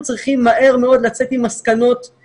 אנחנו צריכים מהר מאוד לצאת עם מסקנות,